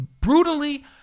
brutally